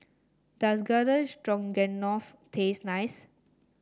does Garden Stroganoff taste nice